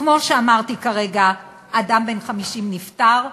כמו שאמרתי כרגע, אדם בן 50 נפטר,